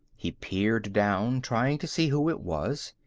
he peered down, trying to see who it was.